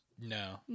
No